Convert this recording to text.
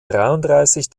dreiunddreißig